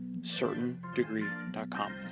certaindegree.com